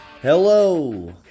Hello